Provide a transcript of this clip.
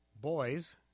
Boys